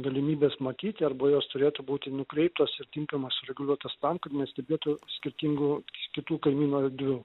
galimybės matyti arba jos turėtų būti nukreiptos ir tinkamai sureguliuotos tam kad nestebėtų skirtingų kitų kaimynų erdvių